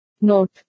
Note